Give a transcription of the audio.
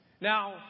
Now